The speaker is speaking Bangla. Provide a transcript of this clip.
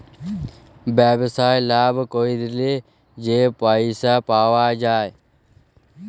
ব্যবসায় লাভ ক্যইরে যে পইসা পাউয়া যায়